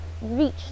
reach